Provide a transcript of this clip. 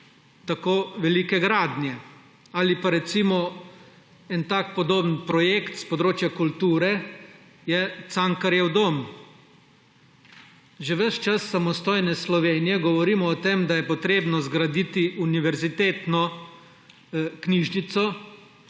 tako velike gradnje. Ali pa, en tak podoben projekt s področja kulture je Cankarjev dom. Že ves čas samostojne Slovenije govorimo o tem, da je potrebno zgraditi univerzitetno knjižnico,